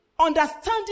Understanding